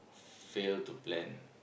fail to plan